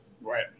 Right